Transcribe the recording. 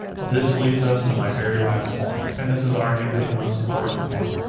this leaves us to my very last point, and this is arguably the most important one.